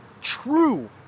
true